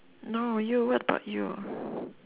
no you I thought you